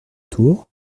tour